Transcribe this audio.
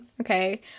okay